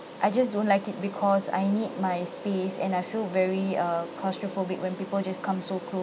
I just don't like it because I need my space and I feel very uh claustrophobic when people just come so close